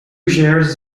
shares